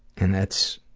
and that's,